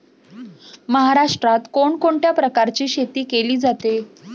महाराष्ट्रात कोण कोणत्या प्रकारची शेती केली जाते?